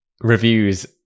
reviews